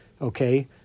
okay